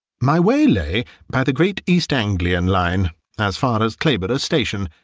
my way lay by the great east anglian line as far as clayborough station,